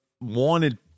wanted